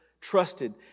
trusted